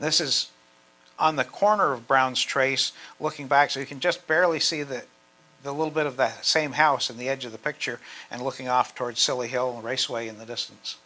this is on the corner of brown's trace looking back so you can just barely see that the little bit of that same house in the edge of the picture and looking off towards silly hill raceway in the distance